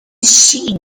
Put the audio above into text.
she